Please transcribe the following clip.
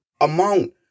amount